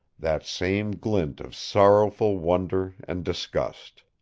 that same glint of sorrowful wonder and disgust.